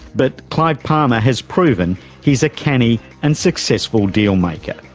but clive palmer has proven he's a canny and successful dealmaker.